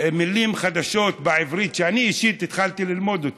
מילים חדשות בעברית שאני אישית התחלתי ללמוד: